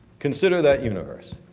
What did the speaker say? consider that universe.